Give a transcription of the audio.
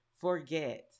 forget